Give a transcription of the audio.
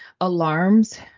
alarms